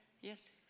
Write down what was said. Yes